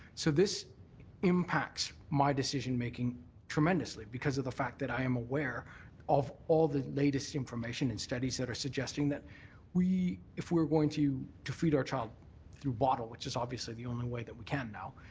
so this impacts my decision-making tremendously, because of the fact that i am aware of all the latest information and studies that are suggesting that we if we're going to to feed our child through bottle, which is obviously the only way that we can now,